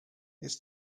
it’s